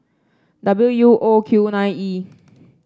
W U O Q nine E